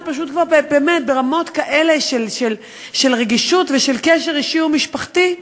זה פשוט כבר באמת ברמות כאלה של רגישות ושל קשר אישי ומשפחתי.